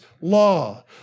law